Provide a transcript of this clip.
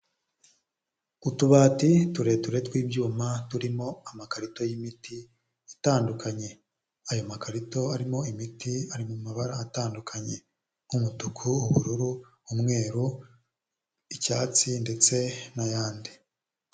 Utubati tureture tw'ibyuma turimo amakarito y'imiti itandukanye, ayo makarito arimo imiti ari mu mabara atandukanye nk'umutuku, ubururu, umweru, icyatsi, ndetse n'ayandi.